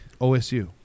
OSU